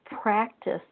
practice